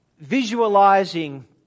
visualizing